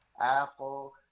Apple